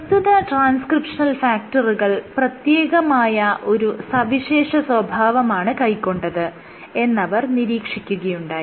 പ്രസ്തുത ട്രാൻസ്ക്രിപ്ഷണൽ ഫാക്ടറുകൾ പ്രത്യേകമായ ഒരു സവിശേഷ സ്വഭാവമാണ് കൈക്കൊണ്ടത് എന്നവർ നിരീക്ഷിക്കുകയുണ്ടായി